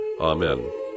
Amen